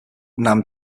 nahm